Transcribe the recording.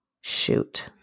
shoot